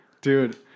Dude